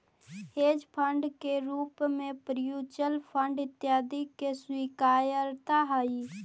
hedge fund के रूप में म्यूच्यूअल फंड इत्यादि के स्वीकार्यता हई